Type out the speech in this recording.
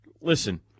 Listen